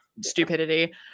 stupidity